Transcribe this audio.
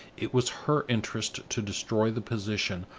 it was her interest to destroy the position,